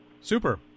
Super